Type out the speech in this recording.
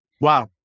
Wow